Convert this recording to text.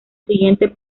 siguiente